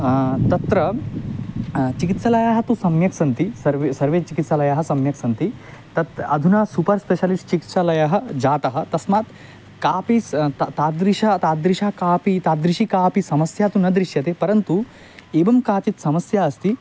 तत्र चिकित्सालयाः तु सम्यक् सन्ति सर्वे सर्वे चिकित्सालयाः सम्यक् सन्ति तत् अधुना सूपर् स्पेशल् चिकित्सालयः जातः तस्मात् कापि स् ता तादृशी तादृशी कापि तादृशी कापि समस्या तु न दृश्यते परन्तु एवं काचित् समस्या अस्ति